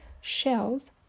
shells